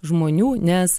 žmonių nes